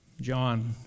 John